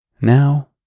Now